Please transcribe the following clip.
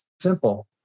simple